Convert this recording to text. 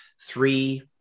three